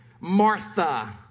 Martha